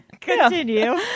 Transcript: continue